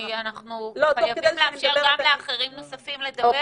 לא, אנחנו חייבים לאפשר גם לאחרים לדבר.